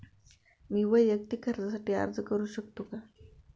मी वैयक्तिक कर्जासाठी अर्ज करू शकतो का?